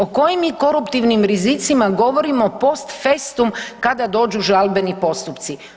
O kojim mi koruptivnim rizicima govorima post festum kada dođu žalbeni postupci?